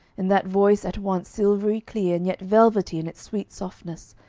in that voice at once silvery clear and yet velvety in its sweet softness,